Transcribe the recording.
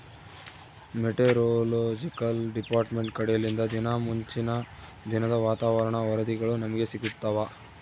meteorological department ಕಡೆಲಿಂದ ದಿನಾ ಮುಂಚಿನ ದಿನದ ವಾತಾವರಣ ವರದಿಗಳು ನಮ್ಗೆ ಸಿಗುತ್ತವ